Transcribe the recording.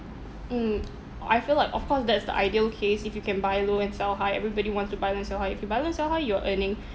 mm I feel like of course that's the ideal case if you can buy low and sell high everybody wants to buy low and sell high if you buy low and sell high you are earning